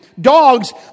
Dogs